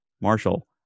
Marshall